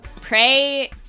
pray